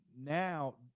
Now